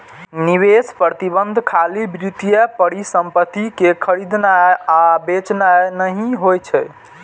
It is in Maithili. निवेश प्रबंधन खाली वित्तीय परिसंपत्ति कें खरीदनाय आ बेचनाय नहि होइ छै